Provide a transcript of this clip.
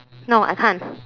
no I can't